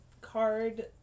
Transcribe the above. card